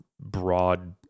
broad